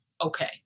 okay